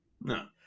no